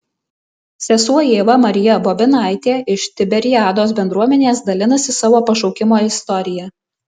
sesuo ieva marija bobinaitė iš tiberiados bendruomenės dalinasi savo pašaukimo istorija